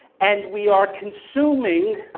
and we are consuming